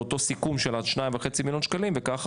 לאותו סיכום של ה-2,500,000 שקלים וכך